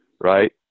right